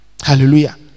hallelujah